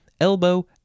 elbow